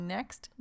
Next